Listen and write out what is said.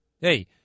Hey